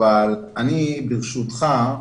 אבל ברשותך,